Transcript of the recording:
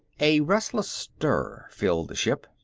a restless stir filled the ship.